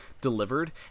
delivered